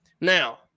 Now